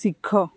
ଶିଖ